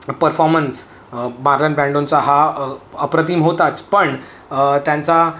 performance Marlon ब्रँडोनचा हा अप्रतिम होताच पण त्यांचा